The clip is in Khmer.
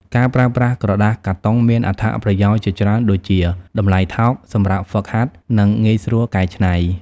ការប្រើប្រាស់ក្រដាសកាតុងមានអត្ថប្រយោជន៍ជាច្រើនដូចជា តម្លៃថោក សម្រាប់ហ្វឹកហាត់ និងងាយស្រួលកែច្នៃ។